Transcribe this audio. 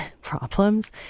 problems